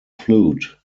flute